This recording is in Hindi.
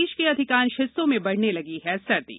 प्रदेश के अधिकांश हिस्सों में बढ़ने लगी है सर्दी